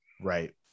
Right